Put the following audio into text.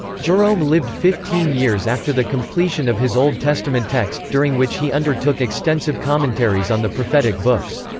jerome lived fifteen years after the completion of his old testament text, during which he undertook extensive commentaries on the prophetic books.